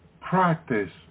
practice